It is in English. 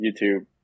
YouTube